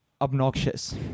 Obnoxious